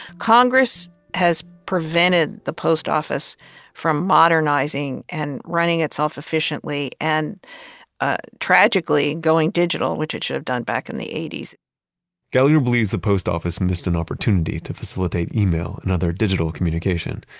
congress has prevented the post office from modernizing and running itself efficiently and ah tragically going digital, which it should have done back in the eighty point s gallagher believes the post office missed an opportunity to facilitate email and other digital communication,